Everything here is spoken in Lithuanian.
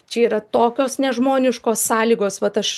čia yra tokios nežmoniškos sąlygos vat aš